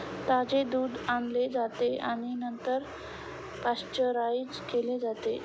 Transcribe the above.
ताजे दूध आणले जाते आणि नंतर पाश्चराइज केले जाते